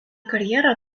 karjerą